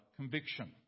conviction